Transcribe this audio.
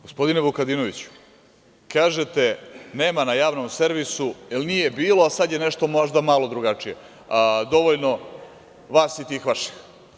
Gospodine Vukadinoviću, kažete da nema na Javnom servisu, da li nije bilo, a sada je nešto malo drugačije, dovoljno vas i tih vaših?